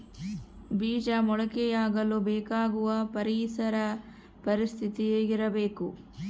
ಬೇಜ ಮೊಳಕೆಯಾಗಲು ಬೇಕಾಗುವ ಪರಿಸರ ಪರಿಸ್ಥಿತಿ ಹೇಗಿರಬೇಕು?